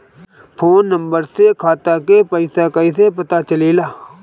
Phone number से खाता के पइसा कईसे पता चलेला?